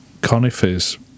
conifers